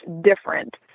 different